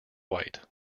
white